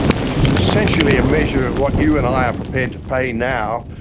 which is essentially a measure of what you and i are prepared to pay now,